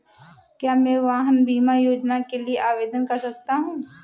क्या मैं वाहन बीमा योजना के लिए आवेदन कर सकता हूँ?